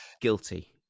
guilty